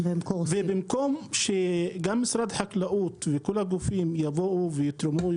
ובמקום שגם משרד החקלאות וכל הגופים יבואו ויתרמו,